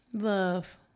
love